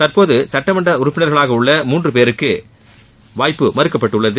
தற்போது சட்டமன்ற உறுப்பினர்களாக உள்ள மூன்று பேருக்கு வாய்ப்பு மறுக்கப்பட்டுள்ளது